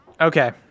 Okay